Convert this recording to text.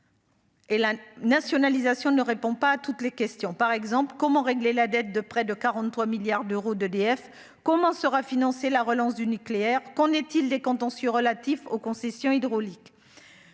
Et la nationalisation ne répond pas à toutes les questions, par exemple, comment régler la dette de près de 43 milliards d'euros d'EDF, comment sera financée la relance du nucléaire qu'on est-il des contentieux relatif aux concessions hydrauliques,